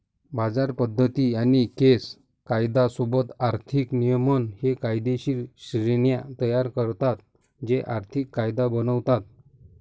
बाजार पद्धती आणि केस कायदा सोबत आर्थिक नियमन हे कायदेशीर श्रेण्या तयार करतात जे आर्थिक कायदा बनवतात